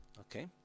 okay